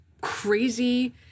crazy